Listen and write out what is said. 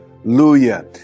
Hallelujah